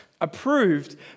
approved